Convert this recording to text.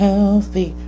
Healthy